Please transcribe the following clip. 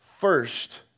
first